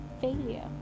failure